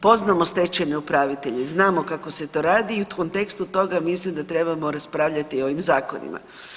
Poznamo stečajne upravitelje i znamo kako se to radi i u kontekstu toga mislim da trebamo raspravljati o ovim zakonima.